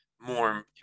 more